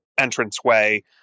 entranceway